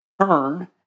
turn